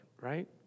right